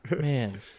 Man